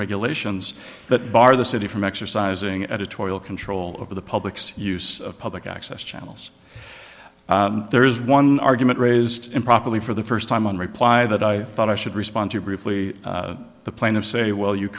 regulations that bar the city from exercising editorial control over the public's use of public access channels there is one argument raised improperly for the first time on reply that i thought i should respond to briefly the plaintiffs say well you